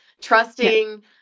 Trusting